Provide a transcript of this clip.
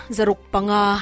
Zarukpanga